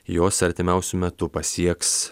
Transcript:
jos artimiausiu metu pasieks